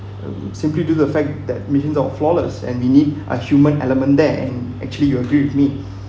um simply to the fact that machines are flawless and we need a human element then actually you agree with me